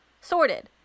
Sorted